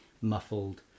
muffled